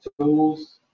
tools